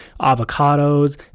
avocados